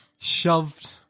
shoved